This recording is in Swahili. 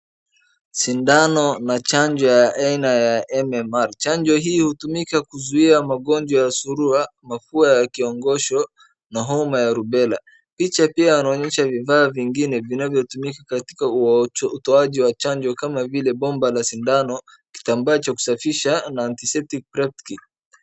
Sindano na chanjo ya aina MMR ,chanjo hii hutumika kuzuia magonjwa ya surua , mafua ya kiongosho na homa ya rubela , licha pia yanaonyesha vifaa vingine vinavyotumika katika utoaji wa chanjo kama vile bomba la sindano , kitambaa cha kusafisha na antiseptic prep kit .